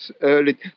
early